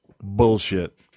bullshit